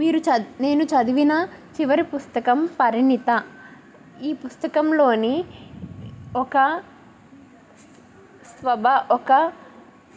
మీరు చదివి నేను చదివిన చివరి పుస్తకం పరిణిత ఈ పుస్తకంలోని ఒక స్వభా ఒక